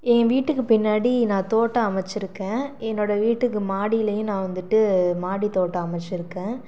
ஏன் வீட்டுக்கு பின்னாடி நான் தோட்டம் அமைச்சிருக்கேன் என்னோட வீட்டுக்கு மாடிலையும் நான் வந்துவிட்டு மாடி தோட்டம் அமைச்சிருக்கேன்